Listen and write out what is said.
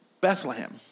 Bethlehem